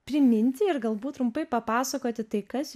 priminti ir galbūt trumpai papasakoti tai kas